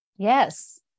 Yes